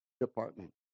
department